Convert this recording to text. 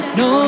no